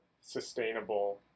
sustainable